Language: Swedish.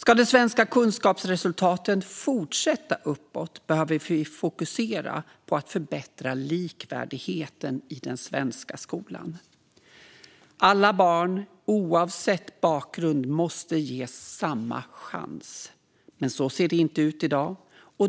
Ska de svenska kunskapsresultaten fortsätta uppåt behöver vi fokusera på att förbättra likvärdigheten i den svenska skolan. Alla barn, oavsett bakgrund, måste ges samma chans. Men så ser det inte ut i dag.